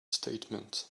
statement